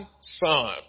son